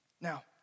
Now